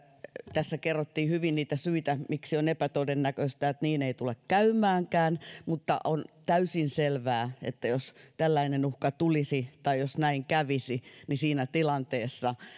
tässä kerrottiin hyvin niitä syitä miksi on epätodennäköistä että niin ei tule käymäänkään mutta on täysin selvää että jos tällainen uhka tulisi tai jos näin kävisi niin siinä tilanteessa